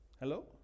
Hello